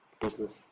business